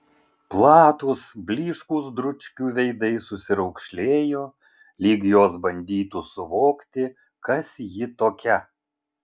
platūs blyškūs dručkių veidai susiraukšlėjo lyg jos bandytų suvokti kas ji tokia